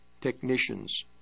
technicians